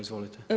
Izvolite.